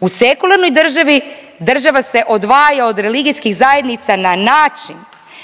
U sekularnoj državi država se odvaja od religijskih zajednica na način